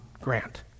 Grant